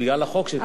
בגלל החוק שלך.